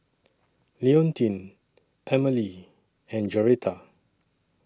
Leontine Amalie and Joretta